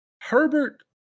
Herbert